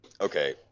okay